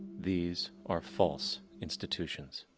these are false institutions.